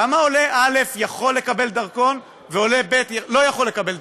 למה עולה א' יכול לקבל דרכון ועולה ב' לא יכול לקבל דרכון?